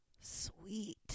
Sweet